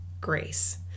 grace